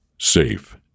Safe